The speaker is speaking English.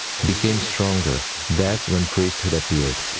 became stronger that's when priesthood appeared.